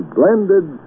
blended